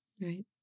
Right